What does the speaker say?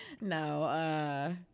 no